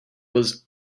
was